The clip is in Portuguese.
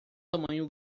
tamanho